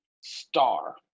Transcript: star